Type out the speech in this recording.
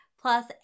plus